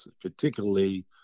particularly